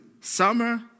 summer